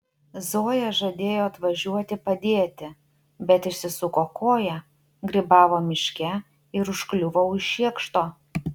zoja žadėjo atvažiuoti padėti bet išsisuko koją grybavo miške ir užkliuvo už šiekšto